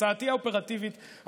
הצעתי האופרטיבית,